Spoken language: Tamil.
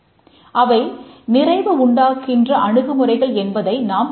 அவை நிறைவு உண்டாக்குகிற அணுகுமுறைகள் என்பதை நாம் பார்ப்போம்